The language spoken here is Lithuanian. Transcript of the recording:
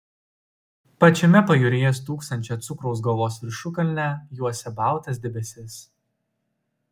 pačiame pajūryje stūksančią cukraus galvos viršukalnę juosia baltas debesis